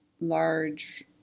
large